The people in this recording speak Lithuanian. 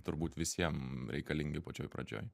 turbūt visiem reikalingi pačioj pradžioj